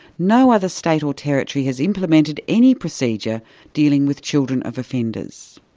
no other state or territory has implemented any procedure dealing with children of offenders.